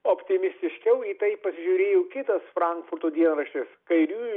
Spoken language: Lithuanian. optimistiškiau į tai pasižiūrėjo kitas frankfurto dienraštis kairiųjų